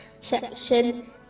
section